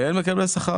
אין מקבלי שכר.